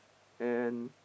and